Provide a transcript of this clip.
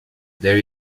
there